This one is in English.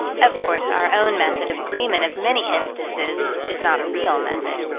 of course our own method of agreement of many instances is not a real method.